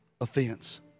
offense